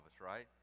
right